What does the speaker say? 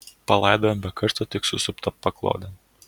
palaidojom be karsto tik susuptą paklodėn